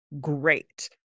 great